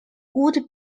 would